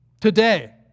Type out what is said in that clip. Today